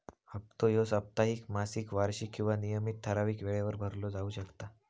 हप्तो ह्यो साप्ताहिक, मासिक, वार्षिक किंवा नियमित ठरावीक वेळेवर भरलो जाउ शकता